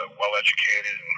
well-educated